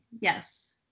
Yes